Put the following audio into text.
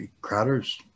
Crowder's